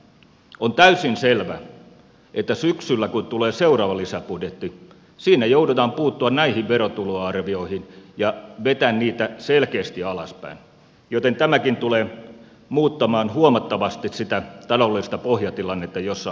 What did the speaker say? on täysin selvä että syksyllä kun tulee seuraava lisäbudjetti siinä joudutaan puuttumaan näihin verotuloarvioihin ja vetämään niitä selkeästi alaspäin joten tämäkin tulee muuttamaan huomattavasti sitä taloudellista pohjatilannetta jossa me olemme